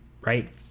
right